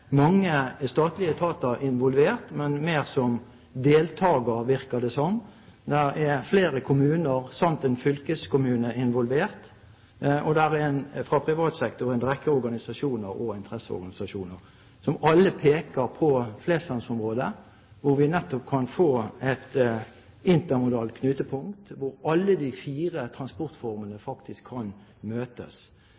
mange statlige etater involvert, men mer som deltagere, virker det som. Det er flere kommuner samt en fylkeskommune involvert, og det er fra privat sektor en rekke organisasjoner og interesseorganisasjoner som alle peker på Flesland-området, hvor vi nettopp kan få et intermodalt knutepunkt hvor alle de fire transportformene